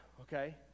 okay